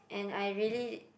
I really